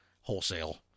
wholesale